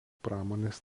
pramonės